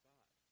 God